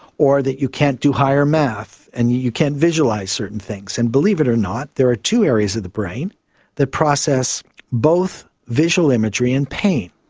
or that you can't do higher maths and you you can't visualise certain things, and believe it or not there are two areas of the brain that process both visual imagery and pain.